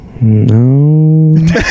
No